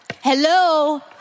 Hello